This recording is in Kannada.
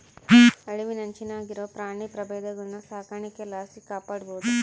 ಅಳಿವಿನಂಚಿನಾಗಿರೋ ಪ್ರಾಣಿ ಪ್ರಭೇದಗುಳ್ನ ಸಾಕಾಣಿಕೆ ಲಾಸಿ ಕಾಪಾಡ್ಬೋದು